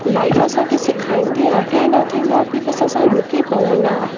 life असांखे सिखाईंदी आहे इहो न थींदो आहे की बसि असां रुकी पऊं न